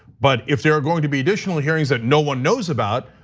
but if there are going to be additional hearings that no one knows about,